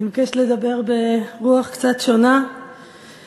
אני מבקשת לדבר ברוח קצת שונה מתוך